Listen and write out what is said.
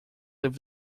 leave